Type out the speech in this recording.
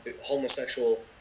homosexual